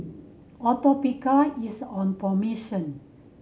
atopiclair is on promotion